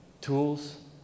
tools